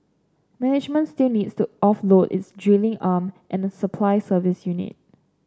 management still needs to offload its drilling arm and a supply service unit